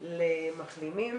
למחלימים